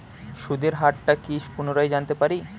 সুদের হার টা কি পুনরায় জানতে পারি?